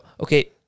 okay